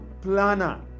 planner